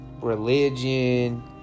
religion